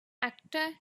actor